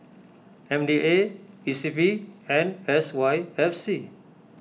M D A E C P and S Y F C